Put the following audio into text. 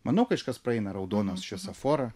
manau kažkas praeina raudoną šviesoforą